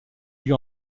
lieu